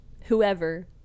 whoever